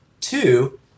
Two